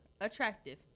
attractive